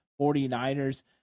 49ers